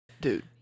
Dude